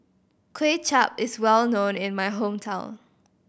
Kway Chap is well known in my hometown